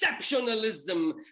exceptionalism